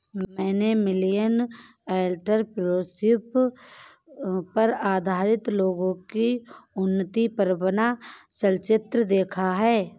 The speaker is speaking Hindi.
मैंने मिलेनियल एंटरप्रेन्योरशिप पर आधारित लोगो की उन्नति पर बना चलचित्र देखा